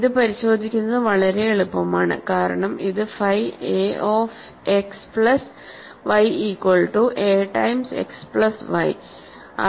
ഇത് പരിശോധിക്കുന്നത് വളരെ എളുപ്പമാണ് കാരണം ഇത് phi a of x plus y equal to a times x plus y